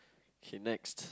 okay next